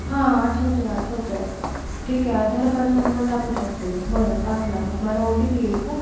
हा आठवतोय आठवतोय ठीक आहे आधार कार्ड नंबर टाकू शकते मी बरं टाकला मग मला ओ टी पी येईल का